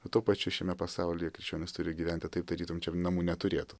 o tuo pačiu šiame pasaulyje krikščionys turi gyventi taip tarytum čia namų neturėtų